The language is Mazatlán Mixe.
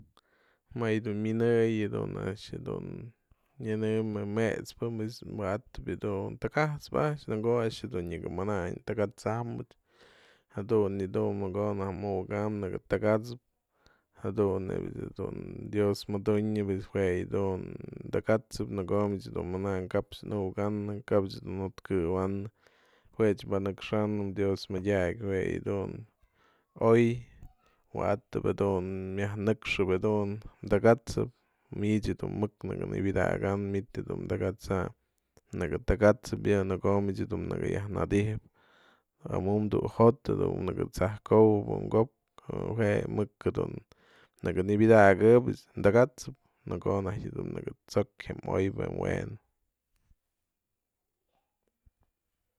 Më yë dun minëyën yë dun a'ax dun nyanëmbë met'spä pues wa'atap yë dun takat'spë a'ax, në ko'o a'ax dun nyaka manany takat'sambëch jadun yë dun në ko'o naj dun muka'ambë nëkë takat'sëp, jadun nebya dun dios mëdun'nyën pues jue yë dun, takat'sëp në ko'o mich dun mënanëp kap nuka'anë, kapch dun najkëwanë, juech banëkxänëp dios mëdyakyë, jue yë dun oy, wa'atap jedun, myajnëkxëp jedun takat'sëp, mich je dun mëk nëbyadakanëp manyt du takat'säny nëkë takat'sëp yë në ko'o mich dun nëka yajnëdyjëp amum duj jo'ot du nëkë t'sajkowëp mko'op je mëk jedun nëkë nëpyadakëp takat'sëp në ko'o najty nëkë t'so'ok je oybë we'en.